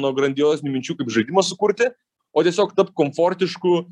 nuo grandiozinių minčių kaip žaidimą sukurti o tiesiog tapt komfortišku